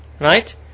right